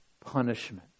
punishment